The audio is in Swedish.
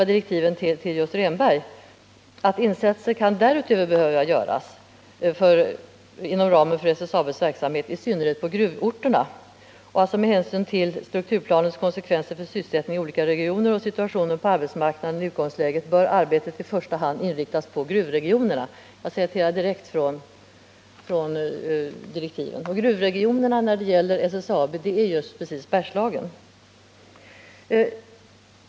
I direktiven till Rehnberg sägs: ”Insatser kan därutöver behövas inom ramen för SSAB:s verksamhet, i synnerhet på gruvorterna.” Vidare står Vissa investeringar det: ”Med hänsyn till strukturplanens konsekvenser för sysselsättningen i inom SSAB olika regioner och situationen på arbetsmarknaden i utgångsläget bör arbetet i Svenskt Stål AB, första hand inriktas på gruvregionerna.” Jag har citerat direkt från direktiven, och gruvregionerna är, när det gäller SSAB, just Bergslagen.